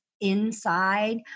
inside